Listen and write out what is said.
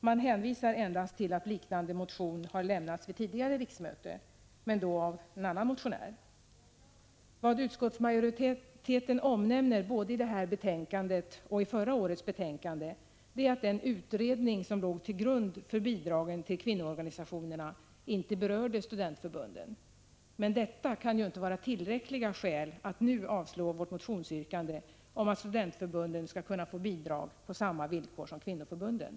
Man hänvisar endast till att en liknande motion har lämnats vid tidigare riksmöte — men då av annan motionär. Vad utskottsmajoriteten omnämner både i det här betänkandet och i förra årets betänkande är att den utredning som låg till grund för bidragen till kvinnoorganisationerna inte berörde studentförbunden. Men detta kan ju inte vara tillräckliga skäl för att nu yrka avslag på vårt motionsyrkande om att studentförbunden skall kunna få bidrag på samma villkor som kvinnoförbunden.